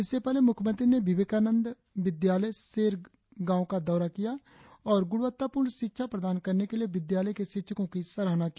इससे पहले मुख्यमंत्री ने विवेकानंद विद्यालय शेर गांव का दौरा किया और गुणवत्तापूर्ण शिक्षा प्रदान करने के लिए विद्यालय के शिक्षकों की सराहना की